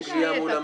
מסים (גבייה) מול המדינה.